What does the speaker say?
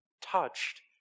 touched